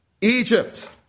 Egypt